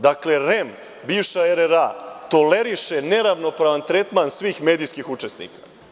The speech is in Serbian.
Dakle, REM bivša RRA toleriše neravnopravan tretman svih medijskih učesnika.